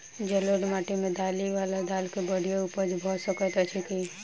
जलोढ़ माटि मे दालि वा दालि केँ बढ़िया उपज भऽ सकैत अछि की?